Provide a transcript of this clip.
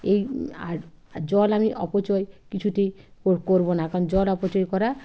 এই আর আর জল আমি অপচয় কিছুতেই করব না কারণ জল অপচয় করা